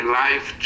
life